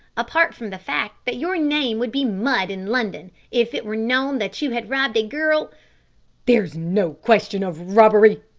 apart from the fact that your name would be mud in london if it were known that you had robbed a girl there's no question of robbery,